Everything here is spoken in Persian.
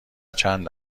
چند